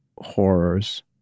horrors